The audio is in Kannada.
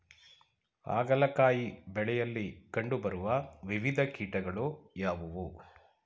ಹಾಗಲಕಾಯಿ ಬೆಳೆಯಲ್ಲಿ ಕಂಡು ಬರುವ ವಿವಿಧ ಕೀಟಗಳು ಯಾವುವು?